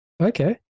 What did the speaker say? okay